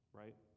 right